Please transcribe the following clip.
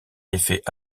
effet